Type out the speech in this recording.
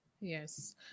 Yes